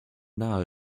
nahe